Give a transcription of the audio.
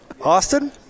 Austin